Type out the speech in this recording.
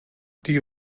die